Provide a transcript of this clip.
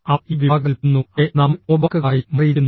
അവർ ഈ വിഭാഗത്തിൽ പെടുന്നു അതെ നമ്മൾ മോബാർക്കുകളായി മാറിയിരിക്കുന്നു